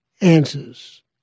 answers